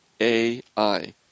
A-I